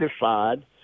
decide